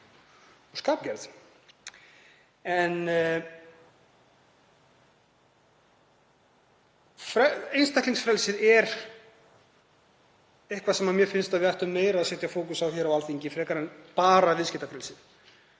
og skapgerð. En einstaklingsfrelsið er nokkuð sem mér finnst að við ættum að setja meiri fókus á hér á Alþingi frekar en bara viðskiptafrelsið.